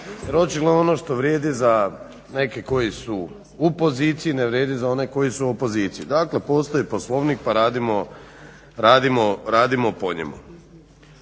jer očigledno ono što vrijedi za neke koji su u poziciji ne vrijedi za one koji su u opoziciji. Dakle postoji Poslovnik pa radimo po njemu.